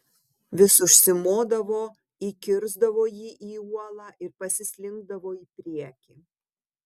vis užsimodavo įkirsdavo jį į uolą ir pasislinkdavo į priekį